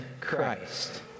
Christ